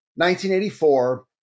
1984